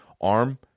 arm